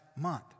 month